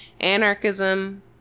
anarchism